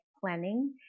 planning